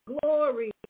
glory